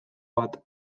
bat